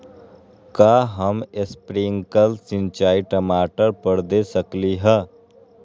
का हम स्प्रिंकल सिंचाई टमाटर पर दे सकली ह?